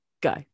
Go